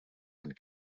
and